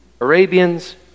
Arabians